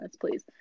please